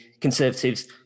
Conservatives